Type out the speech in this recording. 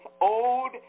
old